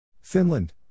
Finland